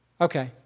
Okay